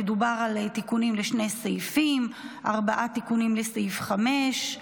מדובר על תיקונים לשני סעיפים: ארבעה תיקונים לסעיף 5,